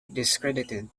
discredited